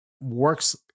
works